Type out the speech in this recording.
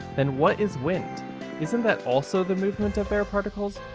then what is wind isn't that also the movement of air particles,